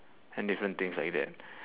and different things like that